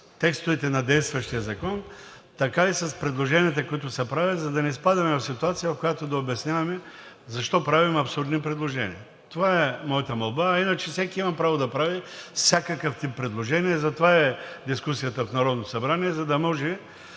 текстовете на действащия закон, така и с предложенията, които се правят, за да не изпадаме в ситуация, в която да обясняваме защо правим абсурдни предложения. Това е моята молба, а иначе всеки има право да прави всякакъв тип предложения. Затова е дискусията в Народното събрание, за да може